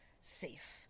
safe